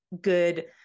good